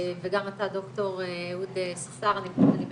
וגם אתה, ד"ר אהוד ססר, אני בטוחה.